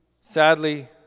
Sadly